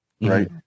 right